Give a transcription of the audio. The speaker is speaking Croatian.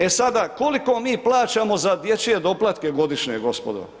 E sada, koliko mi plaćamo za dječje doplatke godišnje gospodo?